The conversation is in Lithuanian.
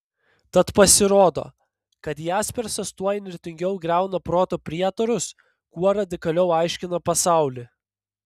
tad pasirodo kad jaspersas tuo įnirtingiau griauna proto prietarus kuo radikaliau aiškina pasaulį